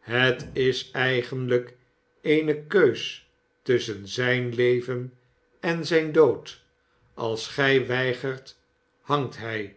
het is eigenlijk eene keus tuschen zijn leven en zijn dood als gij weigert hangt hij